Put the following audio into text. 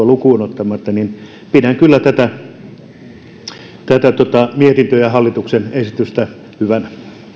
lukuun ottamatta niin pidän kyllä tätä mietintöä ja hallituksen esitystä hyvänä